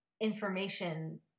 information